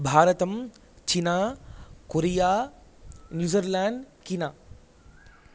भारतम् चीना Korea New Zealand किना